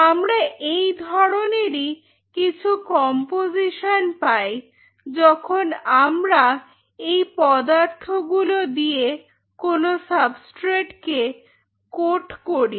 আমরা এই ধরণেরই কিছু কম্পোজিশন পাই যখন আমরা এই পদার্থগুলো দিয়ে কোন সাবস্ট্রেট কে কোট করি